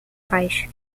faz